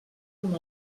amb